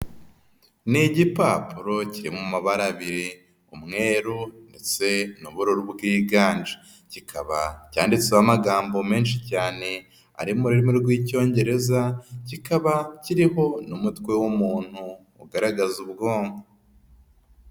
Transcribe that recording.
Ni igipapuro kiri mu mabara abiri, umweru ndetse n'ubururu bwiganje, kikaba cyanditseho amagambo menshi cyane ari mu rurimi rw'Icyongereza, kikaba kiriho n'umutwe w'umuntu ugaragaza ubwonko.